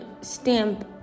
stamp